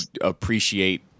appreciate